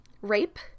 rape